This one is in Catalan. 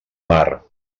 mar